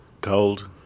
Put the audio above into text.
Cold